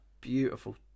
beautiful